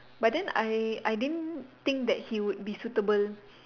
but then I I didn't think that he would be suitable